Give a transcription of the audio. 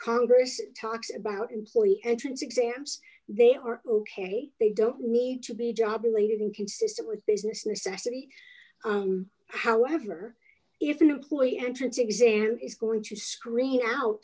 congress talks about employee entrance exams they are ok they don't need to be job related in consistent with business necessity however if an employee entrance exam is going to screen out